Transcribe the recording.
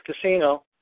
casino